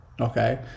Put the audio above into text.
Okay